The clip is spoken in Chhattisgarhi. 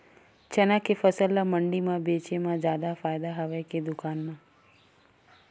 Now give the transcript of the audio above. चना के फसल ल मंडी म बेचे म जादा फ़ायदा हवय के दुकान म?